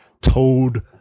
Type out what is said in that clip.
told